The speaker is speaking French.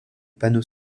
panneaux